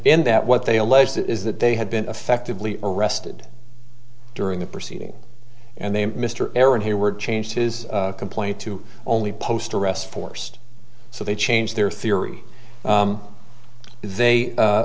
in that what they alleged is that they had been effectively arrested during the proceeding and they mr aaron here were changed his complaint to only post arrest forced so they changed their theory they